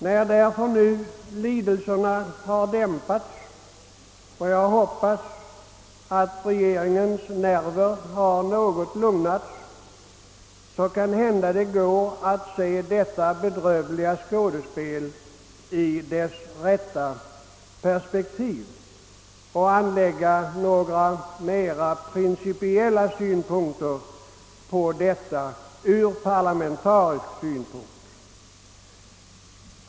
När nu lidelserna har dämpats och som jag hoppas regeringens nerver något har lugnats, går det kanske att se detta bedrövliga skådespel i dess rätta perspektiv och anlägga några mer principiella synpunkter på det från parlamentarisk synpunkt.